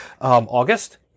August